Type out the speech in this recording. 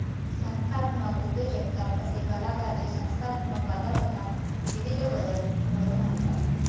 संस्थात्मक उद्योजकता असे कलाकार जे संस्थात्मक वातावरणात विविध बदल घडवून आणतात